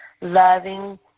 loving